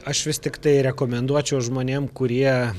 aš vis tiktai rekomenduočiau žmonėm kurie